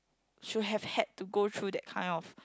should have had to go through that kind of